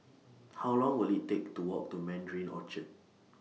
How Long Will IT Take to Walk to Mandarin Orchard